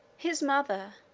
his mother,